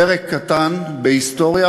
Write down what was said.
פרק קטן בהיסטוריה,